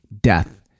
death